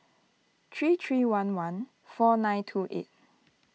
three three one one four nine two eight